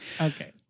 Okay